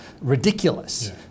ridiculous